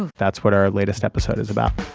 ah that's what our latest episode is about